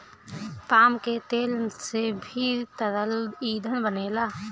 palm के तेल से भी तरल ईंधन बनेला